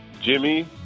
Jimmy